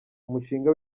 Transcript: umushinga